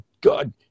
God